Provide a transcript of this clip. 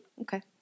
Okay